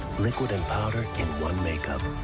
liquid and powder in one make-up.